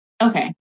Okay